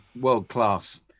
world-class